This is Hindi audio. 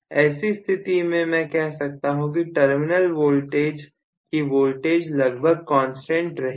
ऐसी स्थिति में मैं कह सकता हूं कि टर्मिनल वोल्टेज की वोल्टेज लगभग कांस्टेंट रहेगी